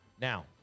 Now